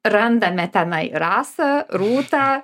randame tenai rasą rūtą